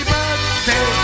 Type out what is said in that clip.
Birthday